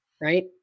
Right